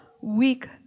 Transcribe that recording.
weak